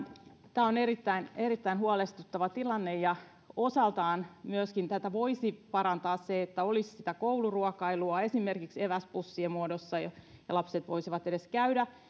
tämä on erittäin erittäin huolestuttava tilanne osaltaan tätä voisi parantaa se että olisi sitä kouluruokailua esimerkiksi eväspussien muodossa lapset voisivat edes käydä ja